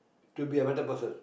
to be a better person